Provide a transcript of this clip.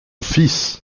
fils